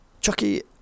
Chucky